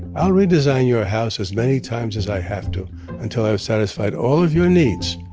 i'll redesign your ah house as many times as i have to until i've satisfied all of your needs.